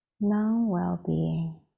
non-well-being